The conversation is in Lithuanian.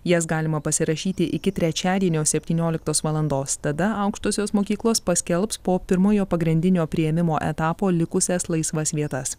jas galima pasirašyti iki trečiadienio septynioliktos valandos tada aukštosios mokyklos paskelbs po pirmojo pagrindinio priėmimo etapo likusias laisvas vietas